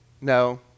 no